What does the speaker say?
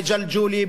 בג'לג'וליה,